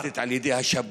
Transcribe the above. מין נשלטת על ידי השב"כ.